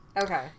Okay